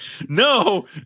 no